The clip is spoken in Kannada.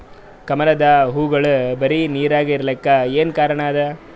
ಕಮಲದ ಹೂವಾಗೋಳ ಬರೀ ನೀರಾಗ ಇರಲಾಕ ಏನ ಕಾರಣ ಅದಾ?